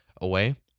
away